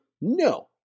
no